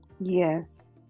Yes